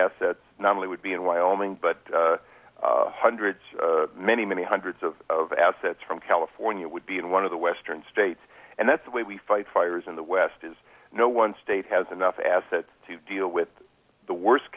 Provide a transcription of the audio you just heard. assets not only would be in wyoming but hundreds many many hundreds of of assets from california would be in one of the western states and that's the way we fight fires in the west is no one state has enough assets to deal with the worst